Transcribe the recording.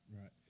Right